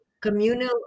communal